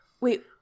Wait